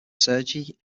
sergei